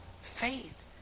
faith